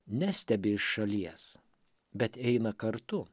nestebi iš šalies bet eina kartu